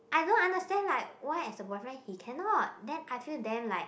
I don't understand like why as a boyfriend he cannot then I feel damn like